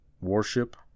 warship